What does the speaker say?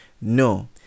No